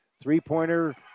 Three-pointer